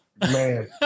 Man